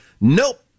Nope